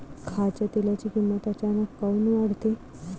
खाच्या तेलाची किमत अचानक काऊन वाढते?